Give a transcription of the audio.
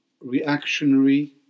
reactionary